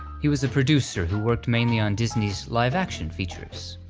he was a producer who worked mainly on disney's live-action features.